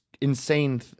insane